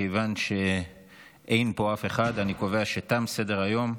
מכיוון שאין פה אף אחד, אני קובע שתם סדר-היום.